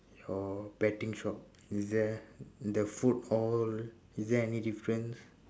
or betting shop is there the food hall is there any difference